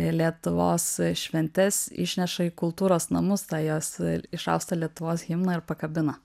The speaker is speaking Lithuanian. lietuvos šventes išneša į kultūros į namus tą jos išaustą lietuvos himną ir pakabina